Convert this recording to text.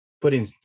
putting